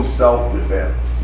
self-defense